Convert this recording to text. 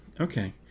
Okay